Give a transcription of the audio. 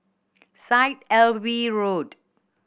Syed Alwi Road